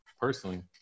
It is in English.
personally